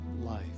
life